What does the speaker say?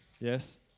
Yes